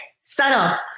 subtle